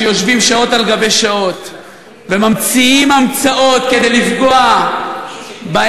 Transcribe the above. שיושבים שעות על גבי שעות וממציאים המצאות כדי לפגוע בהם,